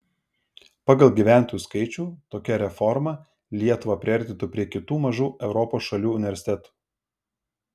pagal gyventojų skaičių tokia reforma lietuvą priartintų prie kitų mažų europos šalių universitetų